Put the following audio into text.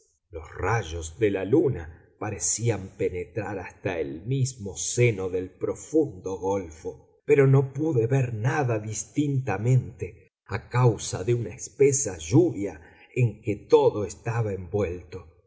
los rayos de la luna parecían penetrar hasta el mismo seno del profundo golfo pero no pude ver nada distintamente a causa de una espesa lluvia en que todo estaba envuelto